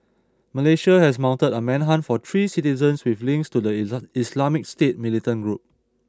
Malaysia has mounted a manhunt for three citizens with links to the Islamic State Militant Group